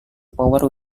power